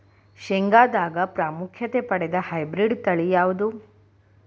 ಶೇಂಗಾದಾಗ ಪ್ರಾಮುಖ್ಯತೆ ಪಡೆದ ಹೈಬ್ರಿಡ್ ತಳಿ ಯಾವುದು?